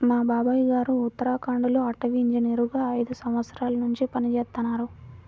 మా బాబాయ్ గారు ఉత్తరాఖండ్ లో అటవీ ఇంజనీరుగా ఐదు సంవత్సరాల్నుంచి పనిజేత్తన్నారు